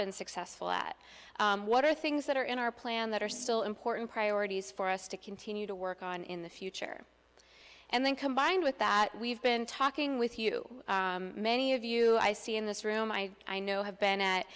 been successful at what are things that are in our plan that are still important priorities for us to continue to work on in the future and then combined with that we've been talking with you many of you i see in this room i know have been at